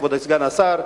כבוד סגן השר,